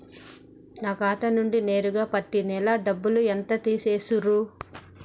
నా ఖాతా నుండి నేరుగా పత్తి నెల డబ్బు ఎంత తీసేశిర్రు?